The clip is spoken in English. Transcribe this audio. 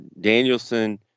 Danielson